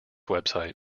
website